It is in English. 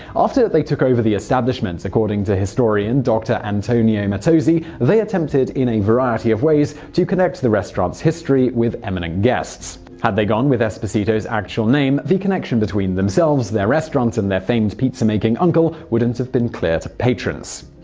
after they took over the establishment, according to historian dr. antonio mattozzi, they attempted in a variety of ways to connect the restaurant's history with eminent guests. had they gone with esposito's actual name, the connection between themselves, their restaurant, and their famed pizza making uncle wouldn't have been clear to patrons.